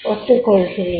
ஒத்துக்கொள்கிறேன்